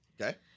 Okay